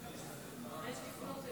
אני מתפלא על